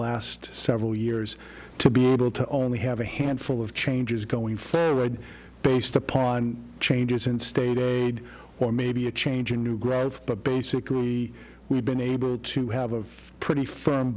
last several years to be able to only have a handful of changes going forward based upon changes in state aid or maybe a change in new growth but basically we've been able to have a pretty f